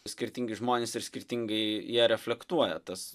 skirtingi žmonės ir skirtingai ją reflektuoja tas